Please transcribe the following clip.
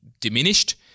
diminished